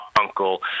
uncle